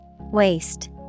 Waste